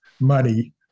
money